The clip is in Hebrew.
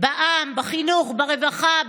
היום הפגינו הנשים ברהט נגד הרצח של רואן